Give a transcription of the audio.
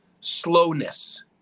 slowness